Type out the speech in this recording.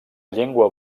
llengua